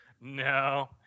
No